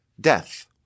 death